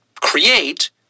create